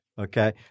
Okay